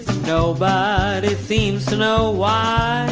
nobody seems to know why.